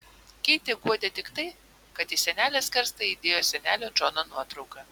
keitę guodė tik tai kad į senelės karstą ji įdėjo senelio džono nuotrauką